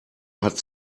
hat